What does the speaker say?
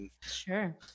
Sure